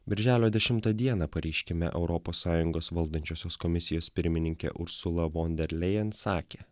birželio dešimtą dieną pareiškime europos sąjungos valdančiosios komisijos pirmininkė ursula von derlejen sakė